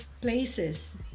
places